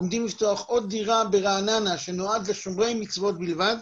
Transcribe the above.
עומדים לפתוח עוד דירה ברעננה שנועדה לשומרי מצוות בלבד,